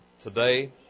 today